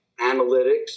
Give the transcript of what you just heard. analytics